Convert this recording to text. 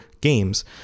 games